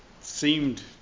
seemed